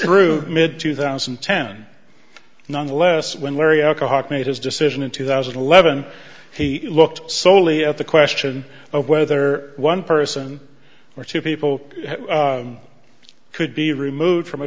through mid two thousand and ten nonetheless when larry alcoholic made his decision in two thousand and eleven he looked solely at the question of whether one person or two people could be removed from a